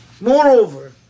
Moreover